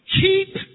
keep